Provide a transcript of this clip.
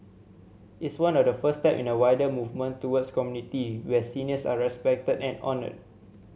it's one of the first step in a wider movement towards community where seniors are respected and honoured